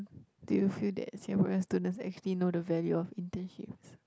do you feel that Singaporean students actually know the value of internships